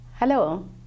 Hello